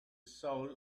soul